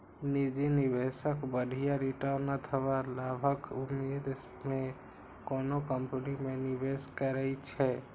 निजी निवेशक बढ़िया रिटर्न अथवा लाभक उम्मीद मे कोनो कंपनी मे निवेश करै छै